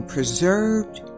Preserved